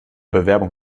bewerbung